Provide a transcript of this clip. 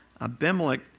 Abimelech